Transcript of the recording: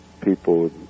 people